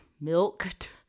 milked